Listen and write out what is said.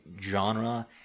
genre